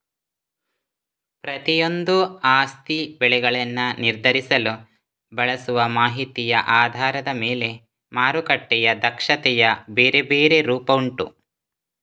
ಪ್ರತಿಯೊಂದೂ ಆಸ್ತಿ ಬೆಲೆಗಳನ್ನ ನಿರ್ಧರಿಸಲು ಬಳಸುವ ಮಾಹಿತಿಯ ಆಧಾರದ ಮೇಲೆ ಮಾರುಕಟ್ಟೆಯ ದಕ್ಷತೆಯ ಬೇರೆ ಬೇರೆ ರೂಪ ಉಂಟು